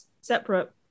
separate